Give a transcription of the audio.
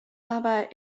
aber